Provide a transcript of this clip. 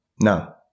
No